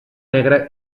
negre